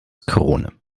krone